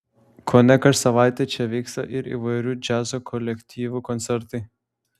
kone kas savaitę čia vyksta ir įvairių džiazo kolektyvų koncertai